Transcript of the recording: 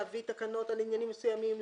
להביא תקנות על עניינים מסוימים,